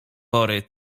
pory